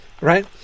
right